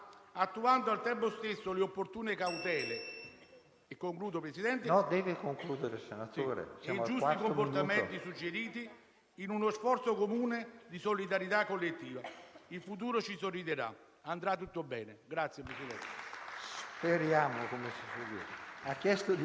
Che si trattasse delle gustose aporie delle sentenze della Sacra Rota durante la battaglia per il divorzio o che raccontasse il sistema giudiziario pontificio, commentando Giuseppe Gioacchino Belli nella battaglia per il garantismo durante il caso Tortora